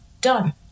done